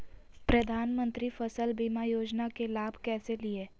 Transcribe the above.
प्रधानमंत्री फसल बीमा योजना के लाभ कैसे लिये?